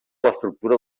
l’estructura